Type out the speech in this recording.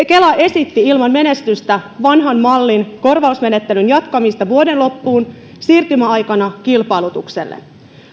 kela esitti ilman menestystä vanhan mallin korvausmenettelyn jatkamista vuoden loppuun siirtymäaikana kilpailutukselle